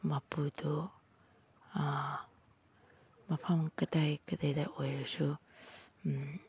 ꯃꯄꯨꯗꯣ ꯃꯐꯝ ꯀꯗꯥꯏ ꯀꯗꯥꯏꯗ ꯑꯣꯏꯔꯁꯨ